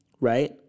right